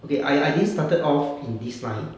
okay I I didn't started off in this line